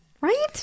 right